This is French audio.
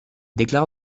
déclare